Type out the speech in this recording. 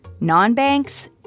Non-banks